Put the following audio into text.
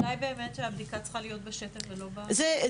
לימור סון הר מלך (עוצמה יהודית): אולי